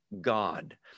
God